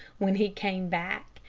when he came back,